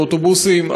לאוטובוסים,